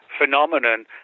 phenomenon